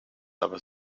aber